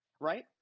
Right